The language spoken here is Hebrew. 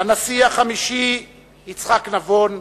הנשיא החמישי יצחק נבון,